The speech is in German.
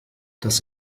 dass